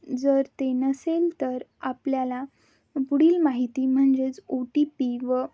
जर ते नसेल तर आपल्याला पुढील माहिती म्हणजेच ओ टी पी व